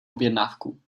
objednávku